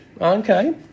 Okay